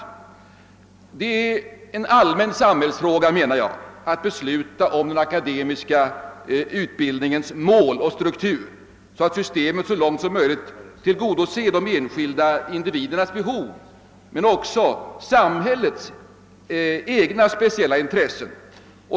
Enligt min mening är det en allmän samhällsfråga att besluta om den akademiska utbildningens mål och struktur, så att man så långt möjligt tillgodoser de enskilda individernas behov men också samhällets egna speciella intressen.